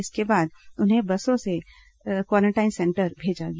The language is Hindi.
इसके बाद उन्हें बसों के जरिये क्वारेंटाइन सेंटर भेजा गया